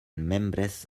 membres